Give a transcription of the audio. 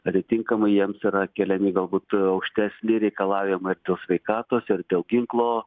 atitinkamai jiems yra keliami galbūt aukštesni reikalavimai ir dėl sveikatos ir dėl ginklo